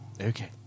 Okay